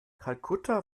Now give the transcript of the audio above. kalkutta